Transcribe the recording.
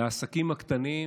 לעסקים הקטנים,